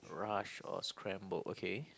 rush or scrambled okay